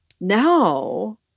Now